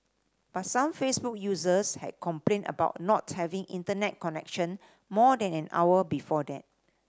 but some Facebook users had complained about not having Internet connection more than an hour before that